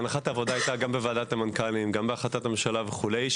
הנחת העבודה הייתה גם בוועדת המנכ"לים וגם בהחלטת הממשלה וכולי,